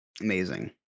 Amazing